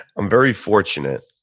i'm very fortunate